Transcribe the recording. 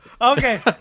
Okay